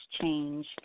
change